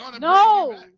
No